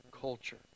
culture